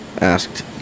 asked